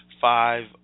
five